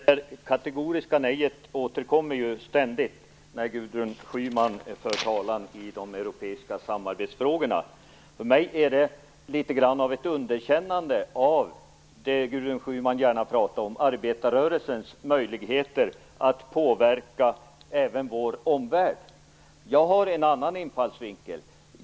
Herr talman! Det kategoriska nejet återkommer ständigt när Gudrun Schyman för talan i de europeiska samarbetsfrågorna. För mig är detta litet grand av ett underkännande av det som Gudrun Schyman gärna pratar om, nämligen arbetarrörelsens möjligheter att påverka även vår omvärld. Jag har en annan infallsvinkel.